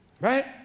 right